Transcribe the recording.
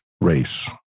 race